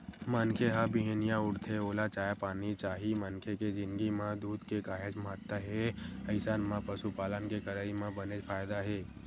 मनखे ह बिहनिया उठथे ओला चाय पानी चाही मनखे के जिनगी म दूद के काहेच महत्ता हे अइसन म पसुपालन के करई म बनेच फायदा हे